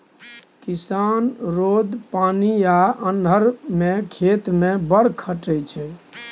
किसान रौद, पानि आ अन्हर मे खेत मे बड़ खटय छै